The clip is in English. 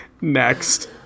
Next